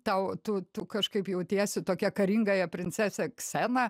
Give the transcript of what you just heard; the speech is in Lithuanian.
tau tu kažkaip jautiesi tokia karingąja princese ksena